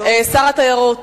שר התיירות